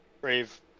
brave